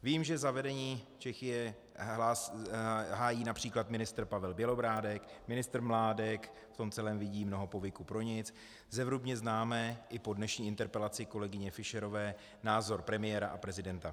Vím, že zavedení Czechie hájí například ministr Pavel Bělobrádek, ministr Mládek v tom celém vidí mnoho povyku pro nic, zevrubně známe i po dnešní interpelaci kolegyně Fischerové názor premiéra a prezidenta.